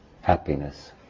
happiness